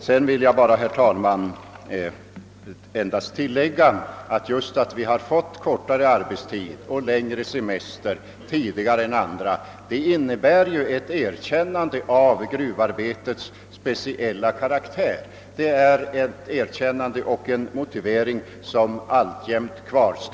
Jag vill slutligen bara tillägga att det förhållandet att gruvarbetarna tidigare än andra kategorier fått kortare arbetstid och längre semester innebär ett erkännande av gruvarbetets speciella karaktär, och detta faktum kvarstår alltjämt.